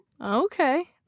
Okay